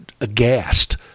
aghast